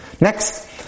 Next